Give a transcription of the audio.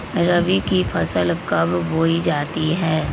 रबी की फसल कब बोई जाती है?